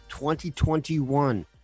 2021